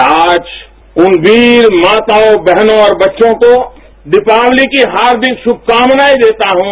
मैं आज जन वीर माताओं बहनों और बच्चों को दीपावतीकी हार्दिक शुषकामनाएं देता हूं